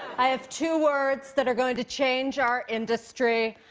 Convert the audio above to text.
i have two words that are going to change our industry,